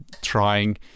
trying